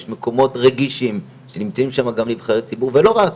ויש מקומות רגישים שנמצאים שם גם נבחרי ציבור ולא רק,